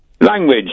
language